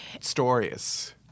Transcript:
stories